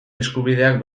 eskubideak